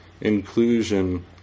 inclusion